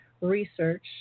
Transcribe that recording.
research